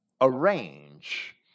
arrange